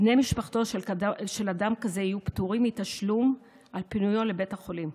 בני משפחתו של אדם כזה יהיו פטורים מתשלום על פינויו לבית החולים.